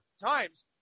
times